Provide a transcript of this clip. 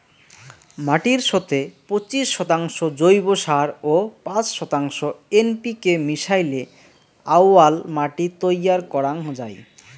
মাটির সথে পঁচিশ শতাংশ জৈব সার ও পাঁচ শতাংশ এন.পি.কে মিশাইলে আউয়াল মাটি তৈয়ার করাং যাই